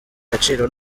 agaciro